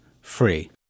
free